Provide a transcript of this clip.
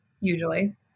usually